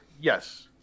Yes